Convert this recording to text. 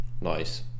Nice